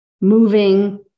moving